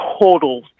total